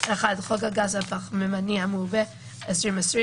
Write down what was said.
חוק הגז הפחמימני המעובה, התשפ"א-2020